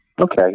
Okay